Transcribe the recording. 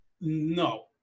No